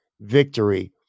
victory